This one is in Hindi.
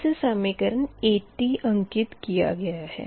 इसे समीकरण 80 अंकित किया गया है